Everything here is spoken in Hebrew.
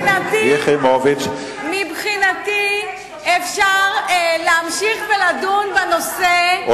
מבחינתי אפשר להמשיך ולדון בנושא הזה,